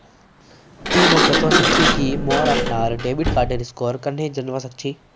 ति मोक बतवा सक छी कि मोर अपनार डेबिट कार्डेर स्कोर कँहे जनवा सक छी